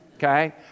Okay